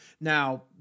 Now